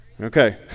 Okay